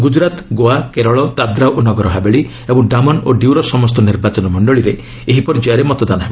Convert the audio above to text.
ଗୁଜ୍ଗରାତ ଗୋଆ କେରଳ ଦାଦ୍ରା ଓ ନଗର ହାବେଳି ଏବଂ ଡାମନ ଓ ଡିଉ ର ସମସ୍ତ ନିର୍ବାଚନ ମଣ୍ଡଳୀରେ ଏହି ପର୍ଯ୍ୟାୟରେ ମତଦାନ ହେବ